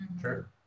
Sure